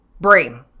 brain